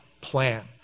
plan